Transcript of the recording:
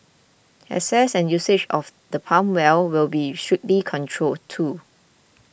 access and usage of the pump well will be strictly controlled too